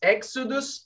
Exodus